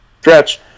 stretch